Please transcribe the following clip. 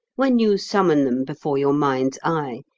when you summon them before your mind's eye,